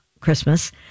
Christmas